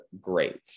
great